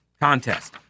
contest